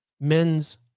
men's